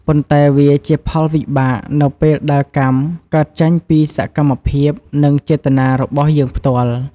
ប៉ុន្តែវាជាផលវិបាកនៅពេលដែលកម្ម កើតចេញពីសកម្មភាព និងចេតនារបស់យើងផ្ទាល់។